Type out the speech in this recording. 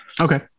Okay